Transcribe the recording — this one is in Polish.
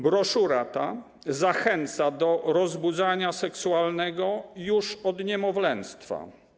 Broszura ta zachęca do rozbudzania seksualnego już od niemowlęctwa.